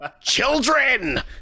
children